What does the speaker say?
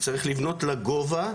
צריך לבנות לגובה,